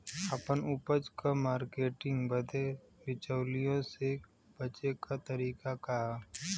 आपन उपज क मार्केटिंग बदे बिचौलियों से बचे क तरीका का ह?